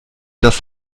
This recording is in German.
das